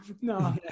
No